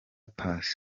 paccy